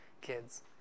kids